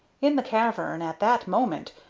in the cavern, at that moment,